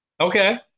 Okay